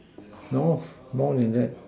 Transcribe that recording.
no more than that